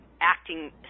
acting